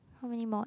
how many mod